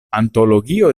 antologio